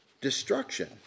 destruction